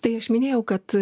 tai aš minėjau kad